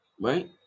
Right